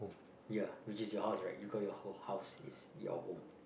ya which is your house right you call your whole house is your home